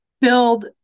build